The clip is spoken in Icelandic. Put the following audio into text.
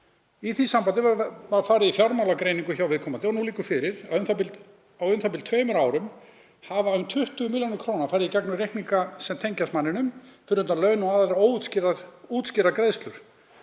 Í því sambandi var farið í fjármálagreiningu hjá viðkomandi og nú liggur fyrir að á um tveimur árum hafa um 20 millj. kr. farið í gegnum reikninga sem tengjast manninum, fyrir utan laun og aðrar útskýrðar greiðslur.